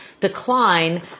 decline